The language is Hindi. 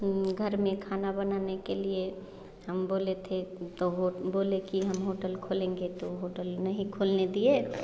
घर मे खाना बनाने के लिए हम बोले थे तो वह बोले की हम होटल खोलेंगे तो होटल नहीं खोलने दिए